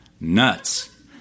nuts